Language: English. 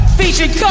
featured